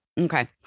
Okay